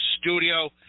studio